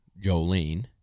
Jolene